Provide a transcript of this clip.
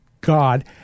God